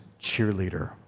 cheerleader